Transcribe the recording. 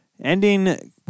Ending